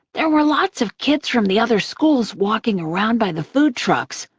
there were lots of kids from the other schools walking around by the food trucks,